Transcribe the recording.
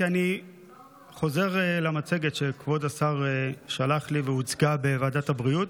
כי אני חוזר למצגת שכבוד השר שלח לי והוצגה בוועדת הבריאות: